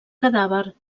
cadàver